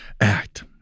Act